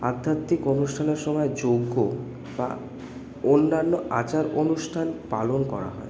আধ্যাত্মিক অনুষ্ঠানের সময় যজ্ঞ বা অন্যান্য আচার অনুষ্ঠান পালন করা হয়